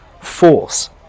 force